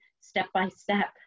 step-by-step